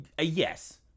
Yes